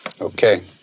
Okay